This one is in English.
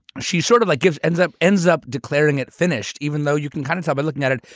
she's sort of like gibbs ends up ends up declaring it finished. even though you can kind of tell by looking at it,